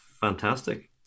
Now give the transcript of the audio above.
fantastic